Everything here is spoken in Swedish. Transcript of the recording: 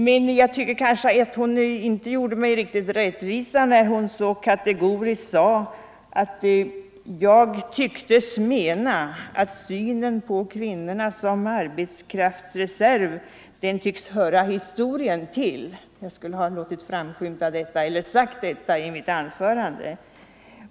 Men hon kanske inte riktigt gjorde mig rättvisa med påståendet att jag tycktes mena att synen på kvinnorna som arbetskraftsreserv hör historien till; jag skulle alltså ha sagt detta i mitt anförande.